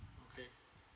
okay